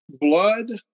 blood